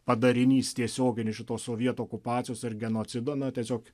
padarinys tiesioginis šitos sovietų okupacijos ir genocido na tiesiog